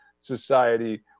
society